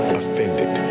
offended